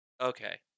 Okay